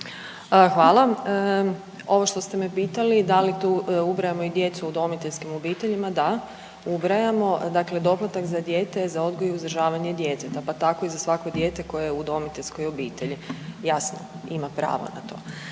Hvala. Ovo što ste me pitali da li tu ubrajamo i djecu u udomiteljskim obiteljima? Da ubrajamo, dakle doplatak za dijete za odgoj i uzdržavanje djece, pa tako i za svako dijete koje je u udomiteljskoj obitelji jasno ima pravo na to.